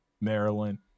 Maryland